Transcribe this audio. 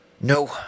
No